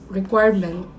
requirement